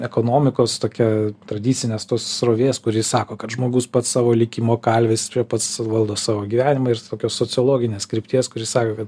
ekonomikos tokia tradicinės tos srovės kuri sako kad žmogus pats savo likimo kalvis pats valdo savo gyvenimą ir tokios sociologinės krypties kuri sako kad